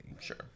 Sure